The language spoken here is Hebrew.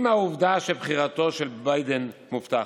על כן, אם העובדה שבחירתו של ביידן מובטחת,